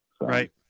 Right